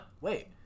Wait